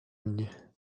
mnie